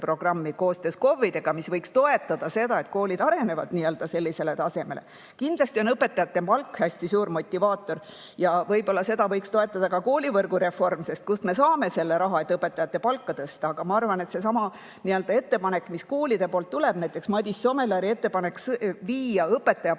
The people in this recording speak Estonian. programmi koostöös KOV‑idega, mis võiks toetada seda, et koolid arenevad sellisele tasemele. Kindlasti on õpetajate palk hästi suur motivaator ja võib-olla võiks seda toetada ka koolivõrgu reform, sest kust me saame selle raha, et õpetajate palka tõsta. Aga ma arvan, et seesama ettepanek, mis koolide poolt tuleb, näiteks Madis Somelari ettepanek viia õpetaja palk